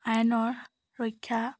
আইনৰ ৰক্ষা